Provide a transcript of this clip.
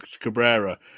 Cabrera